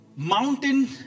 Mountain